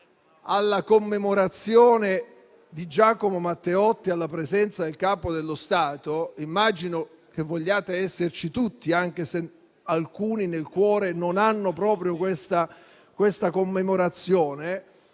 alla commemorazione di Giacomo Matteotti alla presenza del Capo dello Stato. Immagino vogliano esserci tutti, anche se alcuni non hanno proprio nel cuore questa commemorazione